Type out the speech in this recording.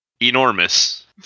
enormous